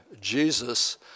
Jesus